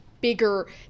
bigger